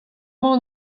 mañ